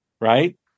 right